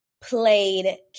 played